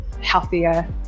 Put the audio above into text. healthier